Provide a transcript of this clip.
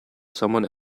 someone